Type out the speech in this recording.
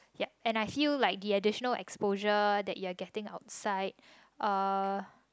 yup and I feel like the additional exposure that you're getting outside uh